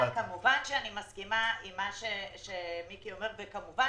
כמובן שאני מסכימה עם מה שאומר חבר הכנסת מיקי לוי וכמובן